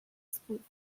spoofed